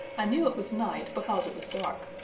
i knew it was night, because it was dark.